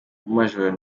major